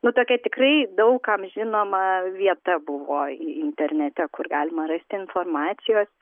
nu tokia tikrai daug kam žinoma vieta buvo internete kur galima rasti informacijos